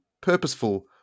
purposeful